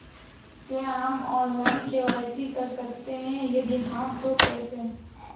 क्या हम online KYC कर सकते हैं यदि हाँ तो कैसे?